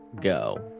go